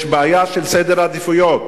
יש בעיה של סדר עדיפויות.